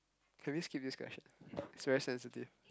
can we skip this question it's very sensitive